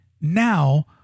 now